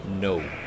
No